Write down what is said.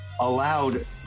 allowed